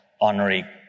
honorary